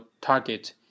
target